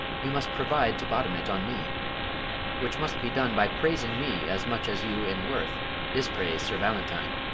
you must provide to bottom it on me which must be done by praising me as much as you in worth dispraise sir valentine.